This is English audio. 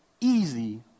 easy